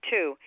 Two